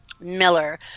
Miller